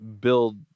build